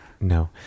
No